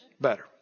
better